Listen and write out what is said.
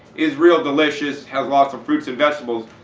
is real delicious, has lots of fruits and vegetables.